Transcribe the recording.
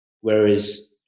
Whereas